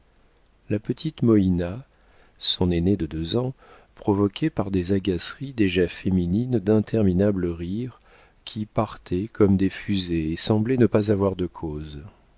la petite moïna son aînée de deux ans provoquait par des agaceries déjà féminines d'interminables rires qui partaient comme des fusées et semblaient ne pas avoir de cause